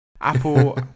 Apple